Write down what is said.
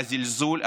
הזלזול,